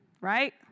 right